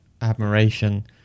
admiration